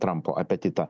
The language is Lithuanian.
trampo apetitą